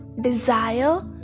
desire